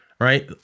right